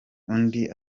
undi